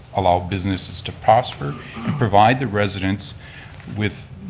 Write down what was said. allow businesses to prosper and provide the residents with,